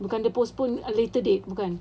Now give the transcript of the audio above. bukan dia postpone a later date bukan